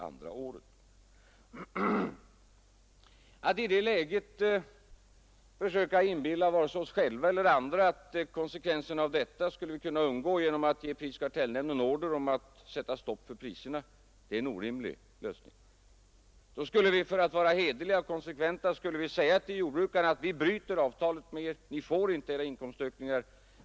Att i det läget försöka inbilla oss själva eller andra att vi skulle kunna undgå konsekvenserna genom att ge prisoch kartellnämnden en order om att sätta stopp för priserna är orimligt. För att vara konsekventa och hederliga skulle vi då säga till jordbrukarna att vi bryter avtalet med dem och att de inte får några inkomstökningar.